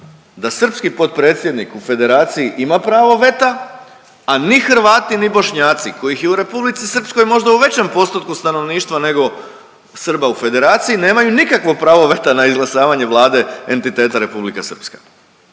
da srpski potpredsjednik u Federaciji ima pravo veta, a ni Hrvati ni Bošnjaci kojih je u Republici Srpskoj možda u većem postotku stanovništva nego Srba u Federaciji nemaju nikakvo pravo veta na izglasavanje vlade entiteta RS. Tako da